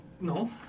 No